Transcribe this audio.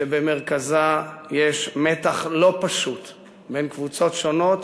שבמרכזה יש מתח לא פשוט בין קבוצות שונות,